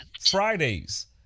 Fridays